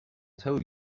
tell